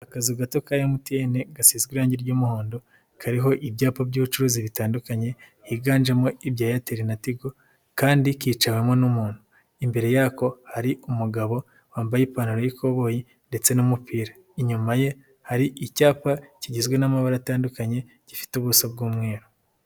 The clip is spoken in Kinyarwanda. Akazu gato ka MTN gasize irangi ry'umuhondo kariho ibyapa by'ubucuruzi bitandukanye higanjemo ibya Airtel na Tigo kandi kicaanwemo n'umuntu, imbere yako hari umugabo wambaye ipantaro y'ikoboyi ndetse n'umupira, inyuma ye hari icyapa kigizwe n'amabara atandukanye gifite ubuso bw'umweru.